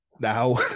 Now